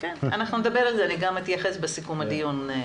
נדבר על זה, ואתייחס גם בסיכום הדיון.